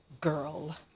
girl